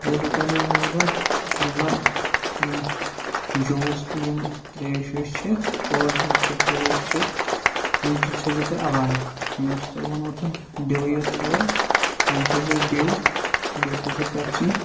بیٚیہِ اوسوُ تۄہہِ مےٚ ووٚنمُتَن یِم زَن یِم جوٗس تہٕ یِم ترٛیش ویش چھِ کولڈ ڈرٛنک چھِ ترٛیش چھِ یِم تہِ تھٔےزیو تُہۍ علاوٕ مےٚ اوسوُ تۄہہِ ووٚنمُتَن ڈوٕے یوت تھاوٕنۍ وۄنۍ تھٔےزیو ڈِو بیٚیہِ تھٔےزیو پٮ۪پسی